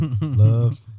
Love